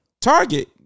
Target